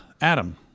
Adam